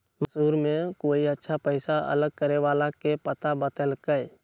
मैसूर में कोई अच्छा पैसा अलग करे वाला के पता बतल कई